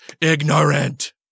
IGNORANT